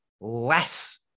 less